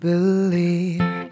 Believe